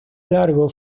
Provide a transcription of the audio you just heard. largo